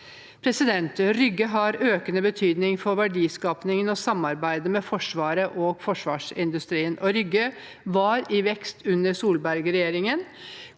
regionen. Rygge har økende betydning for verdiskapingen og samarbeidet mellom Forsvaret og forsvarsindustrien, og Rygge var i vekst under Solberg-regjeringen.